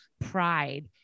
pride